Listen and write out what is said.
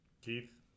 keith